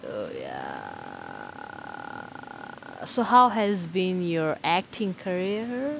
err ya so how has been your acting career